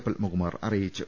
പത്മകുമാർ അറിയിച്ചു